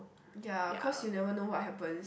ya cause you never know what happens